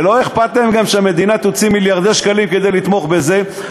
ולא אכפת להם גם שהמדינה תוציא מיליארדי שקלים כדי לתמוך בזה,